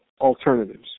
alternatives